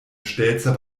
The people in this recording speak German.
stelzer